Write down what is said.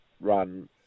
run